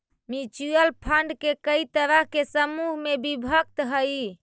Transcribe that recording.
mutual fund कई तरह के समूह में विभक्त हई